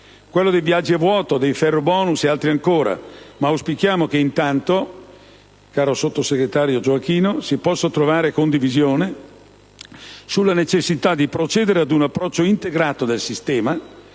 quello dei viaggi a vuoto; dei ferrobonus, ed altri ancora, ma auspichiamo che intanto, onorevole sottosegretario Giachino, si possa trovare condivisione sulla necessita di procedere con un approccio integrato di sistema,